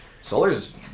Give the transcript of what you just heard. Solar's